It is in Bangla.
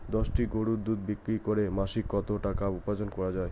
দশটি গরুর দুধ বিক্রি করে মাসিক কত টাকা উপার্জন করা য়ায়?